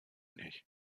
nicht